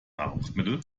nahrungsmittel